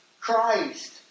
Christ